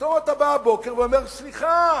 פתאום אתה בא הבוקר ואומר, סליחה,